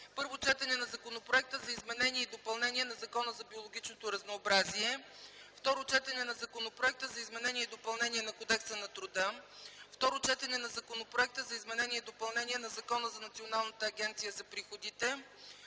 Първо четене на Законопроекта за изменение и допълнение на Закона за биологичното разнообразие. 3. Второ четене на Законопроекта за изменение и допълнение на Кодекса на труда. 4. Второ четене на Законопроекта за изменение и допълнение на Закона за Националната агенция за приходите.